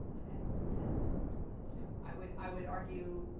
and and you know i would i would argue,